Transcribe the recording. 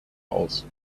aus